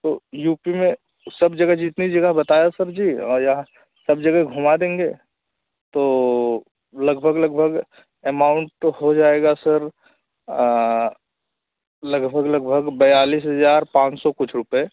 तो U P में सब जगह जितनी जगह बताए हैं सर जी यहाँ सब जगह घूमा देंगे तो लगभग लगभग अमाउंट तो हो जाएगा सर लगभग लगभग बयालीस हज़ार पाँच सौ कुछ रुपये